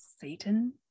Satan